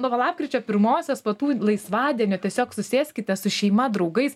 nuo va lapkričio pirmosios va tų laisvadienių tiesiog susėskite su šeima draugais